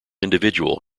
individual